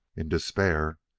in despair,